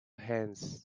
hands